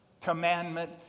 commandment